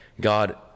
god